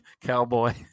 cowboy